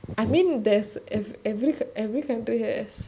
I mean there's ev~ every every country has